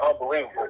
unbelievable